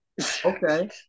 Okay